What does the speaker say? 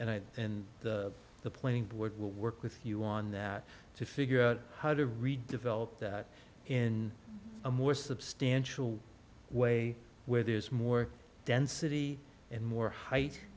and i and the planning board will work with you on that to figure out how to redevelop that in a more substantial way where there's more density and more height